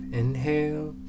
inhale